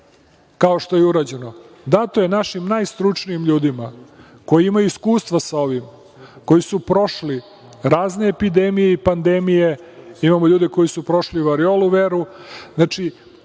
kao što je i urađeno. Dato je našim najstručnijim ljudima, koji imaju iskustva sa ovim, koji su prošli razne epidemije i pandemije. Imamo ljude koji su prošli variolu veru. Znači,